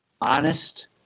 honest